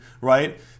right